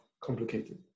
complicated